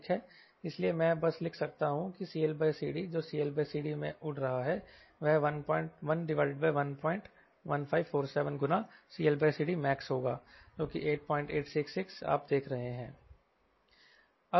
इसलिए मैं बस लिख सकता हूं की CLCD जो CLCD मैं उड़ रहा है वह 111547 गुना CLCDmaxहोगा जोकि 0866 आप देख रहे है